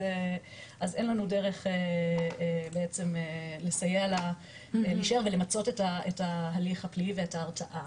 אז אין לנו דרך בעצם לסייע לה ולמצות את ההליך הפלילי ואת ההרתעה.